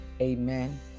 Amen